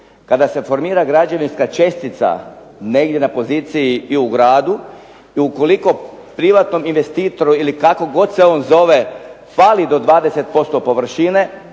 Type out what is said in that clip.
kada se formira građevinska čestica negdje na poziciji i u gradu i ukoliko privatnog investitoru ili kako god se on zove fali do 20% površine,